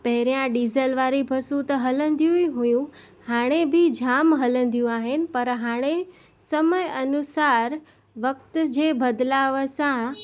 पहिरियां डीज़ल वारी बसूं त हलंदियूं ई हुयूं हाणे बि जाम हलंदियूं आहिनि पर हाणे समय अनुसार वक़्त जे बदलाव सां